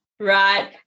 Right